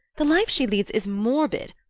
the life she leads is morbid,